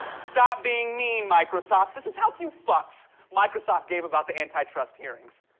stop being mean, microsoft. this is how few fucks microsoft gave about the antitrust hearings.